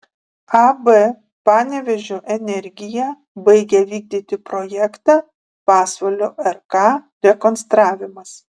ab panevėžio energija baigia vykdyti projektą pasvalio rk rekonstravimas